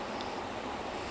err